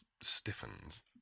stiffens